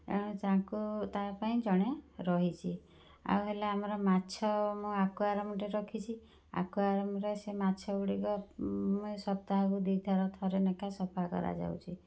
ଚାଙ୍କୁ ତା ପାଇଁ ଜଣେ ରହିଛି ଆଉ ହେଲା ଆମର ମାଛ ମୁଁ ଆକ୍ଵାରିୟମ୍ଟେ ରଖିଛି ଆକ୍ଵାରିୟମ୍ରେ ସେ ମାଛ ଗୁଡ଼ିକ ସପ୍ତାହକୁ ଦୁଇ ଥର ଥରେ ଲେଖାଏଁ ସଫା କରଯାଉଛି